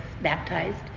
baptized